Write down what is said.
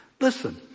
listen